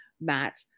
Matt